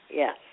yes